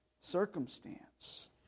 circumstance